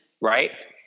Right